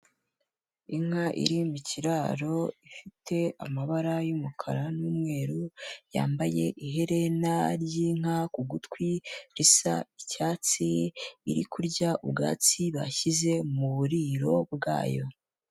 Inka iri mu kiraro ifite amabara y'umukara n'umweru, yambaye iherena ry'inka ku gutwi risa icyatsi, iri kurya ubwatsi bashyize muburiro bwayo.